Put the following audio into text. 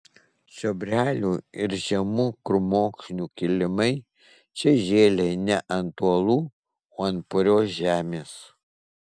čiobrelių ir žemų krūmokšnių kilimai čia žėlė ne ant uolų o ant purios žemės